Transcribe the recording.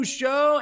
show